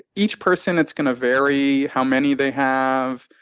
each person, it's gonna vary how many they have,